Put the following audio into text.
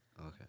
Okay